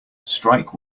strike